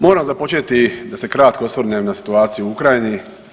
Moram započeti da se kratko osvrnem na situaciju u Ukrajini.